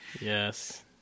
Yes